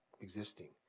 existing